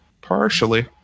partially